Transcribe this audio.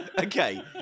Okay